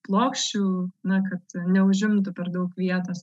plokščių na kad neužimtų per daug vietos